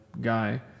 guy